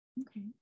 Okay